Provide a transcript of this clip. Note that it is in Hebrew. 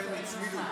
לכן הצמידו,